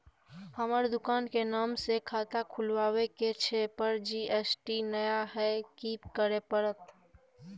हमर दुकान के नाम से खाता खुलवाबै के छै पर जी.एस.टी नय हय कि करे परतै?